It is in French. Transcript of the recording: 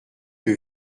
que